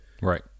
right